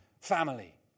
family